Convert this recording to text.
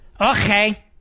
Okay